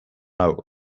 hau